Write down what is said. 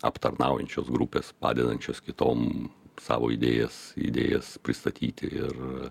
aptarnaujančios grupės padedančios kitom savo idėjas idėjas pristatyti ir